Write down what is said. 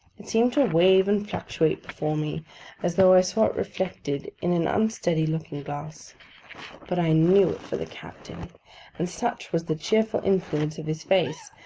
it seemed to wave and fluctuate before me as though i saw it reflected in an unsteady looking-glass but i knew it for the captain and such was the cheerful influence of his face,